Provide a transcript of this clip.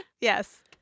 yes